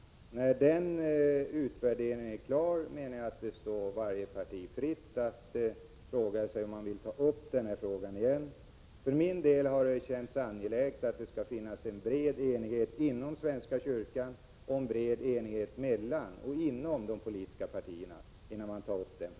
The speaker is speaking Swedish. När denna utvärdering är klar skall det, menar jag, stå varje parti fritt att avgöra om det vill ta upp den här frågan igen. För min del har det känts angeläget att det skall finnas en bred enighet inom svenska kyrkan samt inom och mellan de politiska partierna, innan denna fråga tas upp.